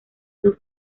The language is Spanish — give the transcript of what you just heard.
sus